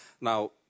Now